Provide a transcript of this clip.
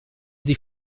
sie